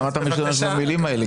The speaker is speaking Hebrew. למה אתה משתמש במילים האלה?